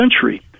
century